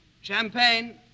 Champagne